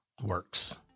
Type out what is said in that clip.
works